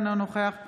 אינה נוכחת